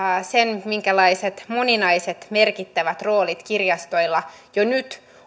sen minkälaiset moninaiset merkittävät roolit kirjastoilla jo nyt